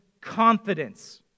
confidence